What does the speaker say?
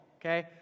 okay